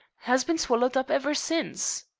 as bin swallered up ever since.